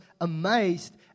amazed